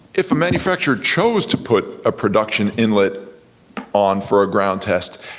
if a manufacturer chose to put a production inlet on for a ground test,